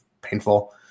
painful